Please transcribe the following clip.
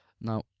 Now